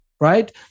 right